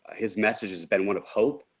his message has been one of hope.